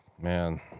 man